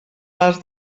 les